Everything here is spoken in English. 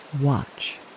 watch